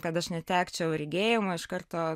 kad aš netekčiau regėjimo iš karto